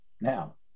Now